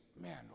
man